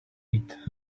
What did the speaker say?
eat